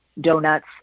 donuts